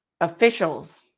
officials